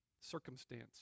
circumstance